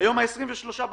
היום 23 בחודש,